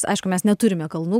aišku mes neturime kalnų